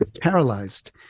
paralyzed